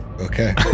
Okay